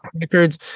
records